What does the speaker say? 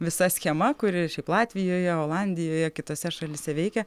visa schema kuri šiaip latvijoje olandijoje kitose šalyse veikia